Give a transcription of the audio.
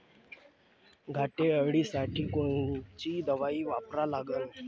घाटे अळी साठी कोनची दवाई वापरा लागन?